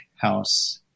House